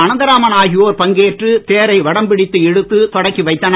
அனந்தராமன் ஆகியோர் பங்கேற்று தேரை வடம்பிடித்து இழுத்து தொடங்கி வைத்தனர்